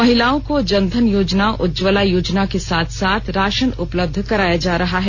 महिलाओं को जनधन योजना उज्ज्वला योजना के साथ साथ राशन उपलब्ध कराया जा रहा है